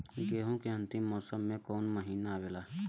गेहूँ के अंतिम मौसम में कऊन महिना आवेला?